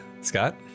Scott